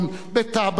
בטאבה,